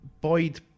Boyd